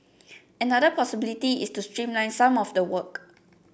another possibility is to streamline some of the work